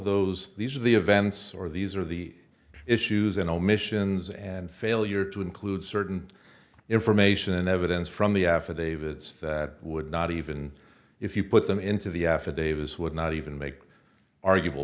those these are the events or these are the issues and omissions and failure to include certain information and evidence from the affidavits that would not even if you put them into the affidavits would not even make arguable